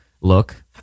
look